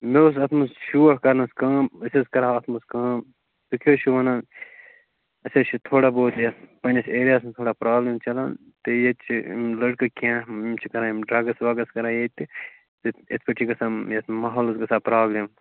مےٚ اوس اَتھ منٛز شوق کَرنس کٲم أسۍ حَظ کَرہاو اَتھ منٛز کٲم أسۍ تُہۍ کیٛاہ حَظ چھِ ونان اَسہِ حَظ چھُ تھوڑا بہت یتھ پنٕنِس ایریاہس منٛز تھوڑا پرٛابلِم چلان تہٕ ییٚتہٕ چھِ یَِم لڑکہٕ کیٚنٛہہ یِم چھِ کَران یِم ڈرگس وگس کَران ییٚتہِ یتھٕ پٲٹھۍ چھِ یتھ ماحولس گژھان پرابلِم